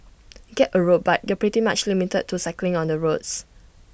get A road bike and you're pretty much limited to cycling on the roads